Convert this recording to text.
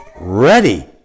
ready